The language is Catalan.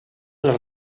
les